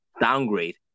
downgrade